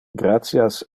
gratias